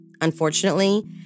Unfortunately